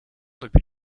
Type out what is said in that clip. depuis